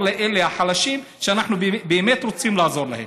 לחלשים שאנחנו באמת רוצים לעזור להם.